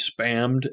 spammed